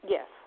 Yes